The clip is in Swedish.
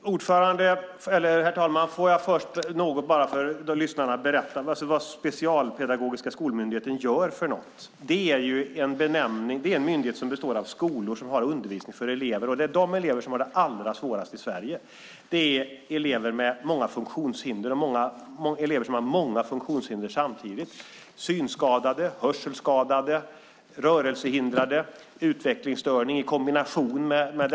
Herr talman! Får jag först berätta för lyssnarna vad Specialpedagogiska skolmyndigheten gör! Det är en myndighet som består av skolor som har undervisning för de elever som har det allra svårast i Sverige. Det är elever som har många funktionshinder samtidigt. De kan vara synskadade, hörselskadade, rörelsehindrade och utvecklingsstörda i olika kombinationer.